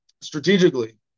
strategically